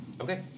Okay